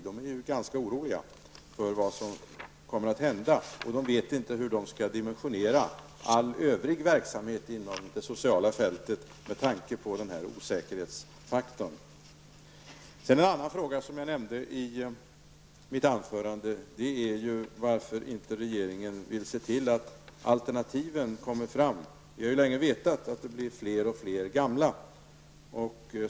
De är ganska oroliga för vad som kommer att hända, och vet inte hur de skall dimensionerna all övrig verksamhet inom det sociala fältet med tanke på den osäkerhetsfaktorn. En annan fråga som jag tog upp i mitt anförande är följande: Varför vill regeringen inte se till att alternativ kommer fram? Vi vet ju sedan länge att de gamla blir allt fler.